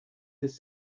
this